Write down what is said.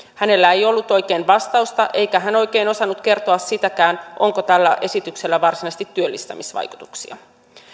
hänellä ei ollut oikein vastausta eikä hän oikein osannut kertoa sitäkään onko tällä esityksellä varsinaisesti työllistämisvaikutuksia